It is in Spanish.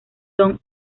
son